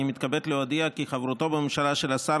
אני מתכבד להודיע כי חברותו בממשלה של השר